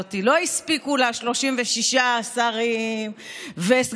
אל תחפשו שיגידו לכם מה המסר ומה לעשות,